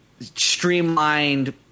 streamlined